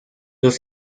los